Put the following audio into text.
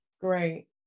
Great